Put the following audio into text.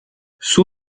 suo